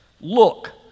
Look